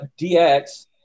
DX